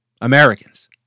Americans